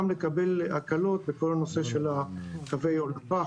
לקבל הקלות בכל הנושא של קווי הולכה,